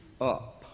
up